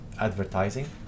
advertising